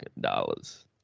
dollars